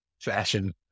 fashion